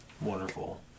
Wonderful